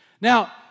Now